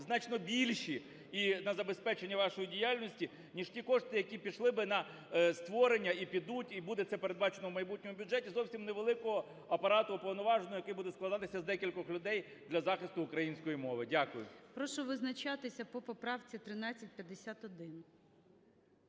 значно більші, і на забезпечення вашої діяльності, ніж ті кошти, які пішли би на створення, і підуть, і буде це передбачено в майбутньому бюджеті, зовсім невеликого апарату уповноваженого, який буде складатися з декількох людей для захисту української мови. Дякую. ГОЛОВУЮЧИЙ. Прошу визначатися по поправці 1351.